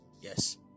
yes